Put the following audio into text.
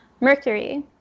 Mercury